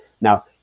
Now